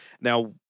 now